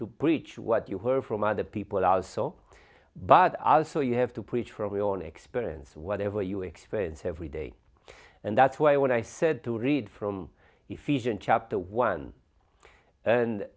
to preach what you heard from other people are so but others so you have to preach from your own experience whatever you experience every day and that's why when i said to read from efficient chapter one and